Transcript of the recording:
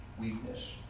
weakness